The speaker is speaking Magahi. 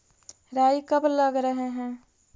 राई कब लग रहे है?